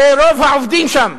הרי רוב העובדים שם,